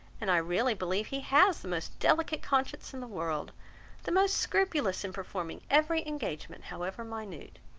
and i really believe he has the most delicate conscience in the world the most scrupulous in performing every engagement, however minute,